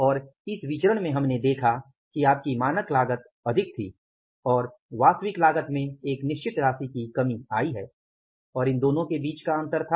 और इस विचरण में हमने देखा कि आपकी मानक लागत अधिक थी और वास्तविक लागत में एक निश्चित राशि की कमी आई है और इन दोनों के बीच का अंतर था